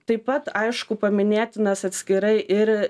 taip pat aišku paminėtinas atskirai ir